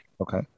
okay